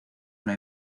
una